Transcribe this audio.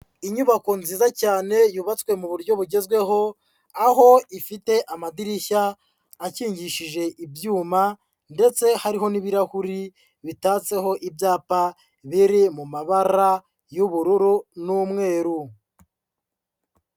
Inyubako nziza cyane yubatswe mu buryo bugezweho, aho ifite amadirishya akingishije ibyuma ndetse hariho n'ibirahuri bitatseho ibyapa biri mu mabara y'ubururu n'umweru.